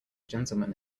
gentleman